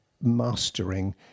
mastering